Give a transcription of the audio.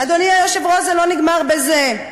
אדוני היושב-ראש, זה לא נגמר בזה.